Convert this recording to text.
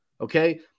Okay